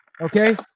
Okay